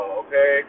okay